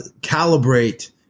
calibrate